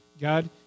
God